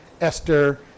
Esther